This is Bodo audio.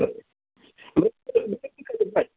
ओमफ्राय बोरो बिसोर फैखाजोब्बाय